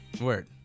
Word